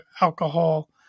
alcohol